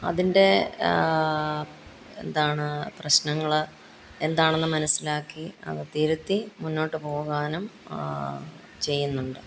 അതിൻ്റെ എന്താണ് പ്രശ്നങ്ങൾ എന്താണെന്ന് മനസ്സിലാക്കി അത് തിരുത്തി മുന്നോട്ട് പോകാനും ചെയ്യുന്നുണ്ട്